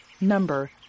Number